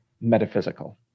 metaphysical